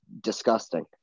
disgusting